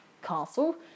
castle